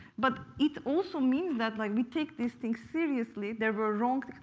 but it also means that like we take these things seriously. there were wrongs.